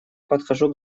подхожу